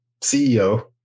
CEO